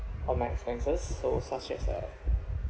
on my expenses so such as uh